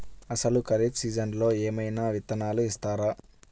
అసలు ఖరీఫ్ సీజన్లో ఏమయినా విత్తనాలు ఇస్తారా?